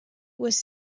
was